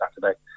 Saturday